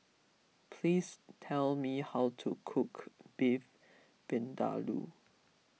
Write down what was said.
please tell me how to cook Beef Vindaloo